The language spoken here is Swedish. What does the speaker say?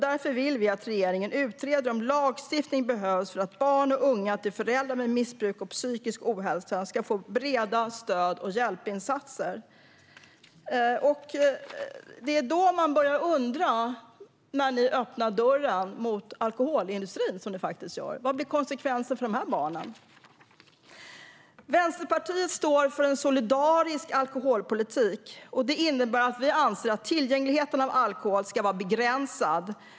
Därför vill vi att regeringen utreder om lagstiftning behövs för att barn och unga till föräldrar med missbruk och psykisk ohälsa ska få breda stöd och hjälpinsatser. När ni då öppnar dörren mot alkoholindustrin, som ni faktiskt gör, börjar man undra: Vad blir konsekvenserna för de här barnen? Vänsterpartiet står för en solidarisk alkoholpolitik. Det innebär att vi anser att tillgängligheten av alkohol ska vara begränsad.